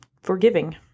forgiving